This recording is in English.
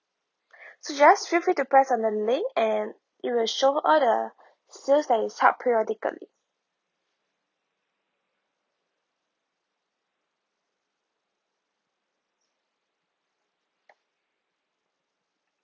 so just feel free to press on the link and it will show all the sale that itself periodically